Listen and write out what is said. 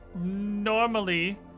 normally